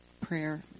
prayer